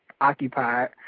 occupied